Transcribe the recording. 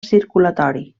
circulatori